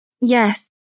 Yes